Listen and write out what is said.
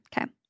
Okay